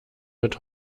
wird